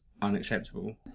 unacceptable